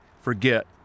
forget